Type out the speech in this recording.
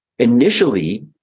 initially